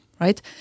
Right